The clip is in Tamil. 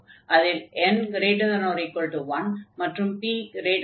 அதில் n≥1 மற்றும் p1